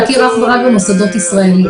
להכיר אך ורק במוסדות ישראליים.